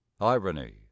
irony